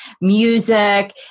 music